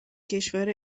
کشور